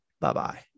Bye-bye